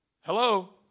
Hello